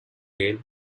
rail